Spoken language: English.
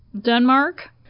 Denmark